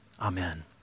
amen